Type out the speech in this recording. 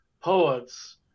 poets